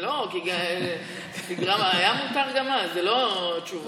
לא, כי היה מותר גם אז, זו לא תשובה.